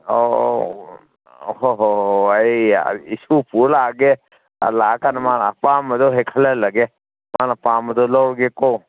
ꯑꯣ ꯍꯣꯏ ꯍꯣꯏ ꯍꯣꯏ ꯍꯣꯏ ꯑꯩ ꯏꯁꯨ ꯄꯨꯔ ꯂꯥꯛꯑꯒꯦ ꯂꯥꯛꯑ ꯀꯥꯟꯗ ꯃꯥꯅ ꯑꯄꯥꯝꯕꯗꯨ ꯍꯦꯛ ꯈꯜꯍꯜꯂꯒꯦ ꯃꯥꯅ ꯄꯥꯝꯕꯗꯨ ꯂꯧꯔꯒꯦꯀꯣ